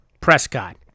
Prescott